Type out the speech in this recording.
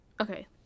okay